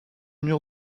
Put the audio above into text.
mur